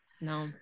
No